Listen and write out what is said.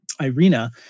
Irina